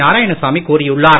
நாராயணசாமி கூறியுள்ளார்